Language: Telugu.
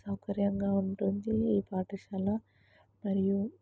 సౌకర్యంగా ఉంటుంది ఈ పాఠశాల మరియు